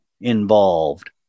involved